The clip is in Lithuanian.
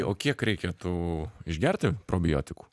o kiek reikia tų išgerti probiotikų